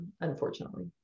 unfortunately